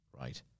right